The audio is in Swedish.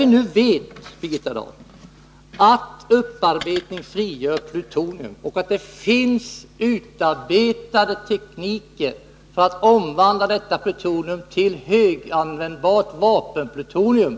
Vi vet nu, Birgitta Dahl, att upparbetning frigör plutonium och att det finns utarbetade tekniker för att omvandla detta plutonium till höganvändbart vapenplutonium.